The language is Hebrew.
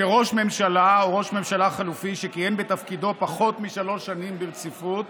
שראש ממשלה או ראש ממשלה חלופי שכיהן בתפקידו פחות משלוש שנים ברציפות